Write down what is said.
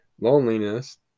loneliness